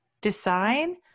design